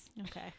Okay